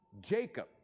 Jacob